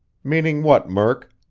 meaning what, murk?